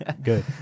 Good